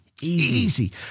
Easy